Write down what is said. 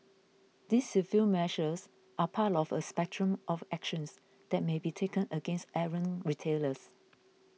these civil measures are part of a spectrum of actions that may be taken against errant retailers